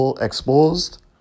exposed